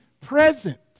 present